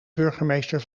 burgemeester